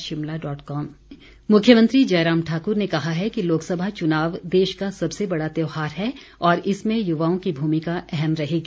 मुख्यमंत्री मुख्यमंत्री जयराम ठाकुर ने कहा है कि लोकसभा चुनाव देश का सबसे बड़ा त्योहार है और इसमें युवाओं की भूमिका अहम रहेगी